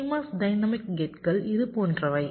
CMOS dynamic கேட்கள் இது போன்றவை